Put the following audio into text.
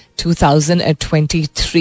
2023